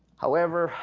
however,